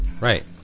Right